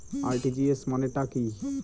RTGS মানে টা কি?